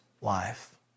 life